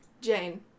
Jane